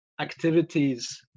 activities